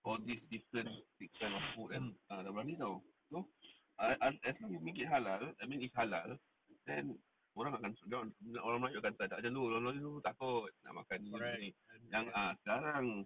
all these different kind of food ah kan ah dah berani [tau] so as as as long you make it halal I mean is halal then orang akan dia orang orang melayu akan try tak macam dulu orang melayu takut nak makan ah sekarang